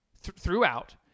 throughout